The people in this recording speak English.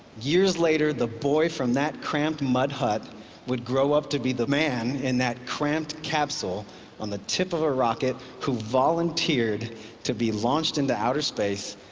years later, the boy from that cramped mud hut would grow up to be the man in that cramped capsule on the tip of a rocket who volunteered to be launched into outer space,